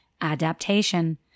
adaptation